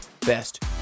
best